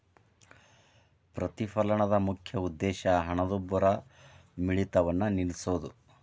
ಪ್ರತಿಫಲನದ ಮುಖ್ಯ ಉದ್ದೇಶ ಹಣದುಬ್ಬರವಿಳಿತವನ್ನ ನಿಲ್ಸೋದು